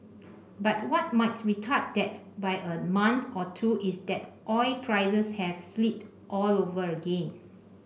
but what might retard that by a month or two is that oil prices have slipped all over again